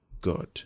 God